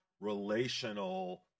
relational